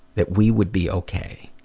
that we would be okay.